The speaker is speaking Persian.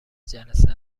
جلسه